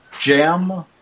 jam